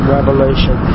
Revelation